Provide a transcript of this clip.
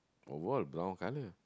oh what brown color